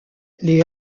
les